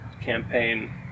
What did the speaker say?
Campaign